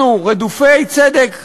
אנחנו רדופי צדק,